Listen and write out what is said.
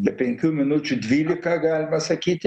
be penkių minučių dvylika galima sakyti